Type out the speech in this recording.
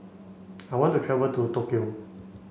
I want to travel to Tokyo